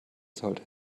sollte